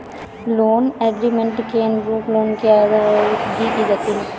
loan agreement के अनुरूप loan की अदायगी की जाती है